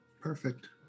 Perfect